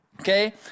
okay